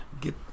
Get